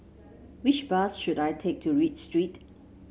which bus should I take to reach Street